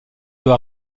doit